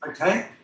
okay